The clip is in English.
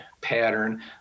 pattern